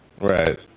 Right